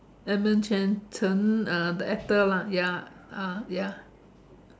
Edmund Chan Cheng uh the actor lah ya ah ya